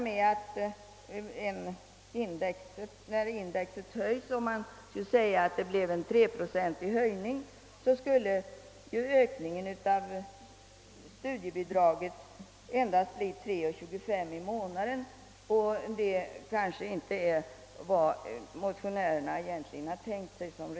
Om det skulle bli en treprocentig indexhöjning, skulle ökningen av studiebidraget endast bli kronor 3: 25 i månaden, och det är kanske inte det resultat som motionärerna har tänkt sig.